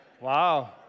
Wow